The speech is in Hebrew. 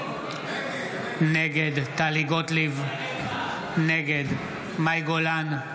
נגד טלי גוטליב, נגד מאי גולן,